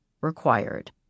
required